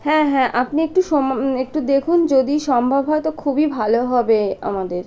হ্যাঁ হ্যাঁ আপনি একটু সম একটু দেখুন যদি সম্ভব হয় তো খুবই ভালো হবে আমাদের